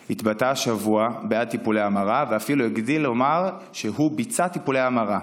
התבטא השבוע בעד טיפולי המרה ואפילו הגדיל ואמר שהוא ביצע טיפולי המרה.